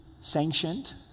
sanctioned